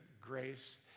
grace